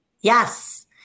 Yes